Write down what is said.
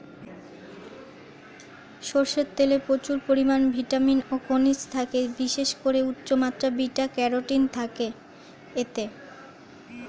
সরষের তেলে প্রচুর ভিটামিন ও খনিজ থাকে, বিশেষ করে উচ্চমাত্রার বিটা ক্যারোটিন থাকে এতে